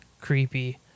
creepy